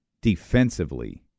defensively